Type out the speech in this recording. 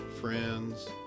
friends